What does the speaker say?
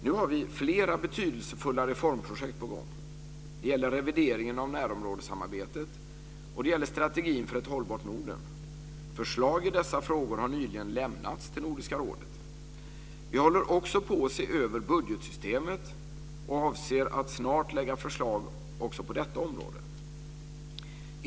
Nu har vi flera betydelsefulla reformprojekt på gång. Det gäller revideringen av närområdessamarbetet och det gäller strategin för ett hållbart Norden. Förslag i dessa frågor har nyligen lämnats till Nordiska rådet. Vi håller också på att se över budgetsystemet, och vi avser att inom kort lägga fram förslag även på detta område.